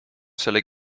selle